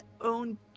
own